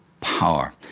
power